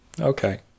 Okay